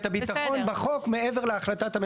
את הביטחון בחוק מעבר להחלטת הממשלה.